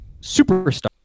superstar